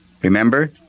Remember